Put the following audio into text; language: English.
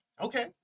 Okay